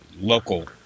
local